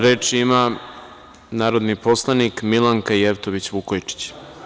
Reč ima narodni poslanik Milanka Jevtović Vukojičić.